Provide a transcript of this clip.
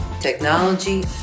technology